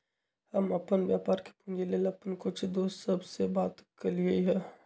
हम अप्पन व्यापार के पूंजी लेल अप्पन कुछ दोस सभ से बात कलियइ ह